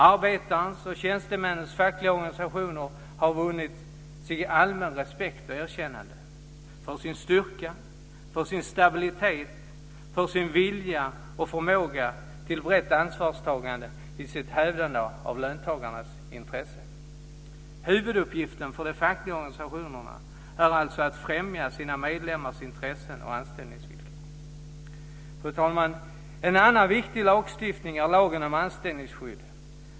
Arbetares och tjänstemäns fackliga organisationer har vunnit allmän respekt och erkännande för sin styrka, för sin stabilitet, för sin vilja och för sin förmåga till brett ansvarstagande i sitt hävdande av löntagarnas intresse. Huvuduppgiften för de fackliga organisationerna är alltså att främja de egna medlemmarnas intressen och anställningsvillkor. Fru talman! En annan viktig lagstiftning är lagen om anställningsskydd.